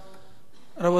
רבותי המציעים,